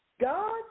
God